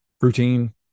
routine